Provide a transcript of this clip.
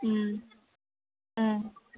ꯎꯝ ꯎꯝ